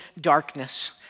darkness